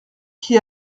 qui